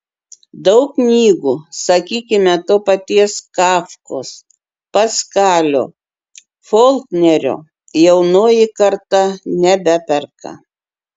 daug knygų sakykime to paties kafkos paskalio folknerio jaunoji karta nebeperka